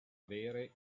avere